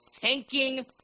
tanking